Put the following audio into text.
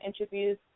interviews